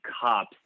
cops